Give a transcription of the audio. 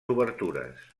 obertures